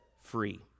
free